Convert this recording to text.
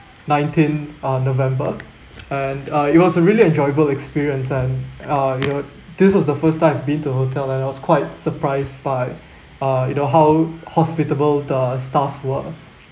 nineteen uh november and uh it was a really enjoyable experience and uh you know this was the first time I've been to a hotel and I was quite surprised by uh you know how hospitable the staff were